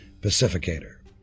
Pacificator